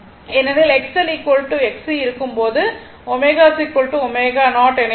ஏனெனில் XL XC இருக்கும் போது ω ω0 என இருக்கும்